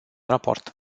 raport